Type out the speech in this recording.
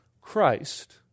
Christ